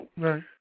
Right